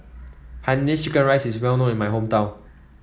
Hainanese Chicken Rice is well known in my hometown